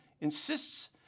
insists